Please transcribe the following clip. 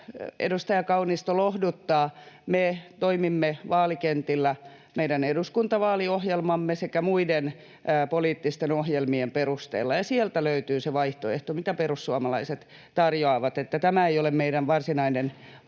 edustaja Kaunisto, lohduttaa: me toimimme vaalikentillä meidän eduskuntavaaliohjelmamme sekä muiden poliittisten ohjelmien perusteella, ja sieltä löytyy se vaihtoehto, mitä perussuomalaiset tarjoavat, eli tämä ei ole meidän varsinainen